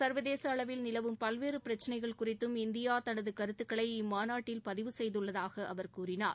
சர்வதேச அளவில் நிலவும் பல்வேறு பிரச்சனைகள் குறித்தும் இந்தியா தனது கருத்துக்களை இம்மாநாட்டில் பதிவு செய்துள்ளதாக அவர் கூறினார்